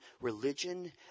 religion